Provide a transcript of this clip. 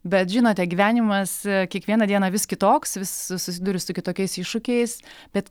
bet žinote gyvenimas kiekvieną dieną vis kitoks vis susiduriu su kitokiais iššūkiais bet